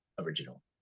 original